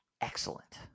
excellent